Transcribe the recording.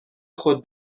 خود